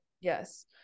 Yes